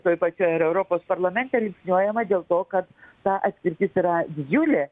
toj pačioj ar europos parlamente linksniuojama dėl to kad ta atskirtis yra didžiulė